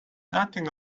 nothing